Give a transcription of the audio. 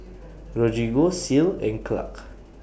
Rodrigo Ceil and Clark